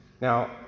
Now